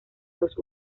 dos